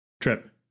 trip